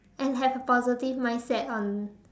and have a positive mindset on